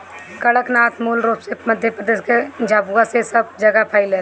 कड़कनाथ मूल रूप से मध्यप्रदेश के झाबुआ से सब जगेह फईलल